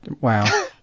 Wow